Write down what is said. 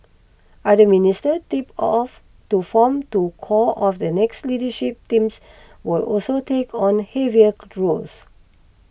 other ministers tipped of to form to core of the next leadership team will also take on heavier roles